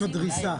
התשפ"ג 2023,